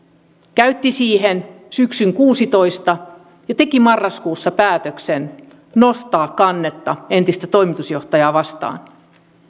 käytti siihen syksyn kuusitoista ja teki marraskuussa päätöksen nostaa kannetta entistä toimitusjohtajaa vastaan